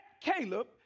Caleb